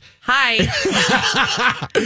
Hi